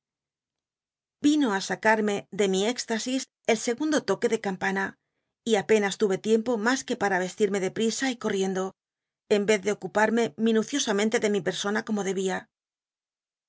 vino á sacarme de mi éxtasis el sl gumto toque de campana y apena tuve tiempo mas que para estimc de prisa y corriendo l n vez de ocuparmt minucio amen le de mi persona como lebia